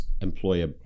employer